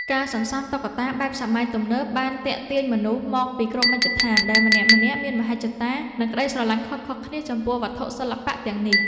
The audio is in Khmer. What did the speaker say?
ការសន្សំតុក្កតាបែបសម័យទំនើបបានទាក់ទាញមនុស្សមកពីគ្រប់មជ្ឈដ្ឋាន ដែលម្នាក់ៗមានមហិច្ឆតា និងក្ដីស្រឡាញ់ខុសៗគ្នាចំពោះវត្ថុសិល្បៈទាំងនេះ។